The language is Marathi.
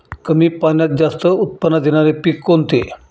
कमी पाण्यात जास्त उत्त्पन्न देणारे पीक कोणते?